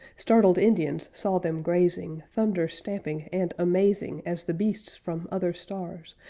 startled indians saw them grazing, thunder-stamping and amazing as the beasts from other stars,